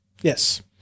Yes